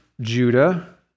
Judah